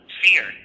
fear